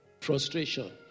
Frustration